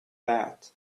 that